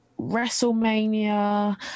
WrestleMania